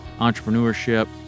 entrepreneurship